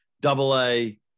double-A